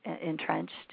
entrenched